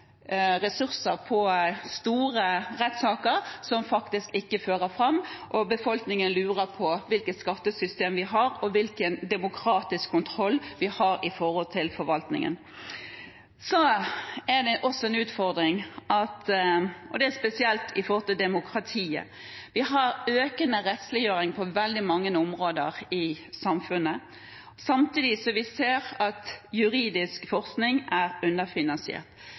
ressurser på store rettssaker som faktisk ikke fører fram. Befolkningen lurer på hvilket skattesystem vi har, og hvilken demokratisk kontroll vi har med forvaltningen. Så er det også en utfordring spesielt knyttet til demokratiet. Vi har økende rettsliggjøring på veldig mange områder i samfunnet samtidig som vi ser at juridisk forskning er underfinansiert.